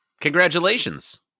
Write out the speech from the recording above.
Congratulations